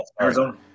Arizona